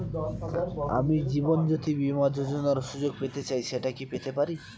আমি জীবনয্যোতি বীমা যোযোনার সুযোগ পেতে চাই সেটা কি পেতে পারি?